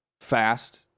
fast